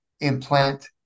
implant